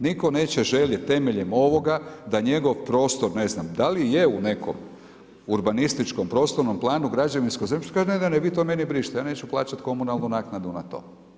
Nitko neće željeti temeljem ovoga da njegov prostor, ne znam da li je u nekom urbanističkom prostornom planu građevinsko zemljište, kažete ne, ne, vi to meni brišite, ja neću plaćati komunalnu naknadu na to.